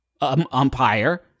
umpire